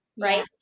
Right